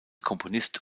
komponist